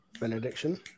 Benediction